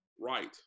Right